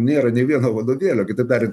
nėra nė vieno vadovėlio kitaip tariant